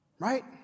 Right